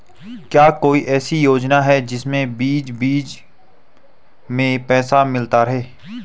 क्या कोई ऐसी योजना है जिसमें बीच बीच में पैसा मिलता रहे?